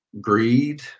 greed